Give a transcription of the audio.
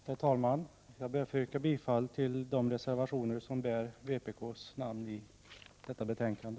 Herr talman! Jag ber att få yrka bifall till de reservationer som bär vpk:s namn i detta betänkande.